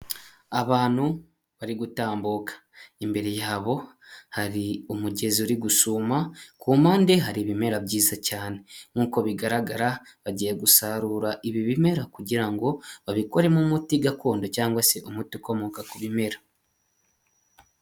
Abantu bari gutambuka, imbere yabo hari umugezi uri gusuma, ku mpande hari ibimera byiza cyane, nkuko bigaragara bagiye gusarura ibi bimera kugira ngo babikoremo umuti gakondo cyangwa se umuti ukomoka ku bimera.